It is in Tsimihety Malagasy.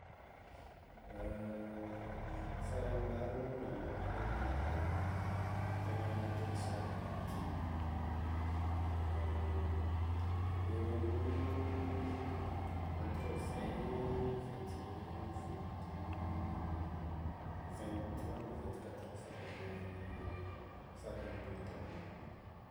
Farany maro namako tegna akeky zah dimy tamiko eo amin'ny entre vingt, vingt un, vingt deux, vingt trois na vingt quatre ans farany farany amy taogna.